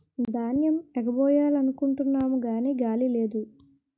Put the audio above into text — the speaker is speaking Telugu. ధాన్యేమ్ ఎగరబొయ్యాలనుకుంటున్నాము గాని గాలి లేదు